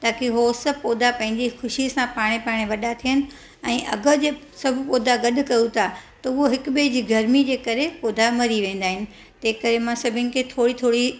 ताक़ी हो सभु पौधा पंहिंजी ख़ुशी सां पाणे पाणे वॾा थियनि ऐं अॻु जे सभु गॾु कयो था त उहो हिक ॿिए जे गर्मी जे करे पौधा मरी वेंदा आहिइ तंहिं करे मां सभिनी खे थोरी थोरी